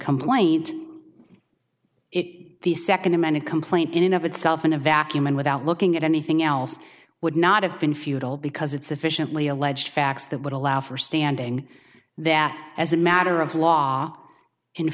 complaint it the second amended complaint in of itself in a vacuum and without looking at anything else would not have been futile because it sufficiently alleged facts that would allow for standing that as a matter of law